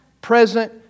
present